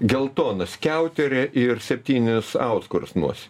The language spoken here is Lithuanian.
geltoną skiauterę ir septynis auskarus nosy